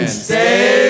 stay